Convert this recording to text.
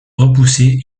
repoussée